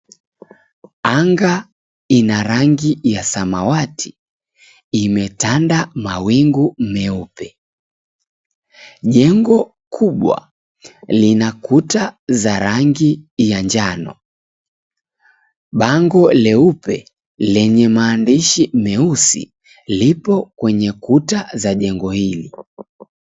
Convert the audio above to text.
Anga ina rangi ya samawati, imetanda mawingu meupe. Jengo kubwa, lina kuta za rangi ya njano. Bango leupe lenye maandishi meusi, lipo kwenye kuta za jengo hili.